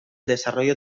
desarrollo